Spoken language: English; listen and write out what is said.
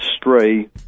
stray